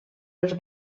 els